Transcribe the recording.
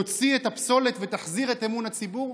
תוציא את הפסולת ותחזיר את אמון הציבור?